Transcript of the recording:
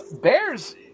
Bears